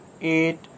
eight